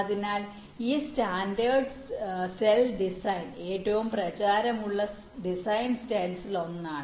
അതിനാൽ ഈ standard cell design ഏറ്റവും പ്രചാരമുള്ള ഡിസൈൻ സ്റ്റൈൽസിൽ ഒന്നാണ്